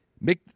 make